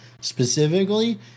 specifically